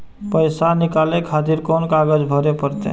पैसा नीकाले खातिर कोन कागज भरे परतें?